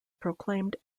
proclaimed